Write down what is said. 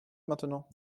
maintenant